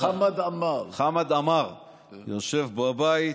חמד עמאר יושב בבית,